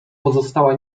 pozostała